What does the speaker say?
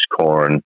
corn